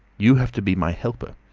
you have to be my helper.